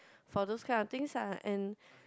for those kind of things ah and